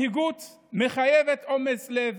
מנהיגות מחייבת אומץ לב